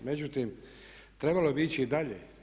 Međutim, trebalo bi ići i dalje.